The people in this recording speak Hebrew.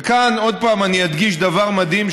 וכאן עוד פעם אני אדגיש דבר מדהים,